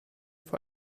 vor